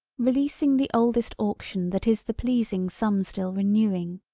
releasing the oldest auction that is the pleasing some still renewing.